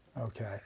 Okay